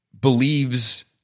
believes